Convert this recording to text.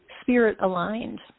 spirit-aligned